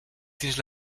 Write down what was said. dins